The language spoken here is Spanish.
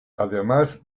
además